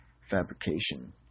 fabrication